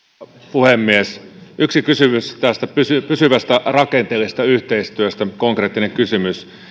puhemies yksi kysymys tästä pysyvästä rakenteellisesta yhteistyöstä konkreettinen kysymys